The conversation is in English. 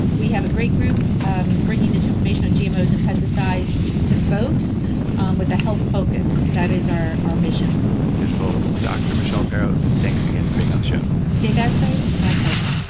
we have a great group bringing this information on gmos and pesticides to folks um with a health focus. that is our our mission beautiful. dr. michelle perro, thanks again for being on the show dave asprey, my pleasure